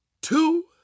two